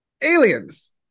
Aliens